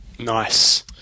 Nice